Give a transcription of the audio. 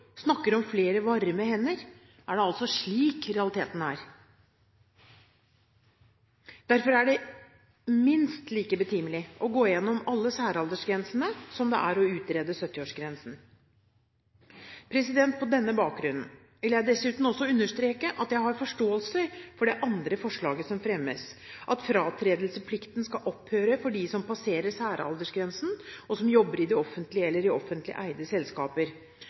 snakker om flere varme hender, er det altså slik realiteten er. Derfor er det minst like betimelig å gå igjennom alle særaldersgrensene som det er å utrede 70-årsgrensen. På denne bakgrunn vil jeg dessuten også understreke at jeg har forståelse for det andre forslaget som fremmes, at fratredelsesplikten skal opphøre for dem som passerer særaldersgrensen, og som jobber i det offentlige eller i offentlig eide selskaper.